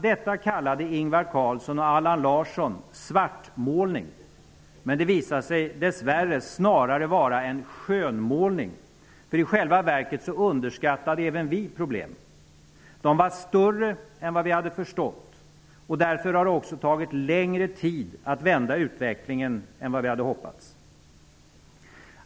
Detta kallade Ingvar Carlsson och Allan Larsson för ''svartmålning''. Men det visade sig dess värre snarare vara en skönmålning. I själva verket underskattade även vi problemen. De var större än vad vi hade förstått. Därför har det också tagit längre tid att vända utvecklingen än vad vi hade hoppats.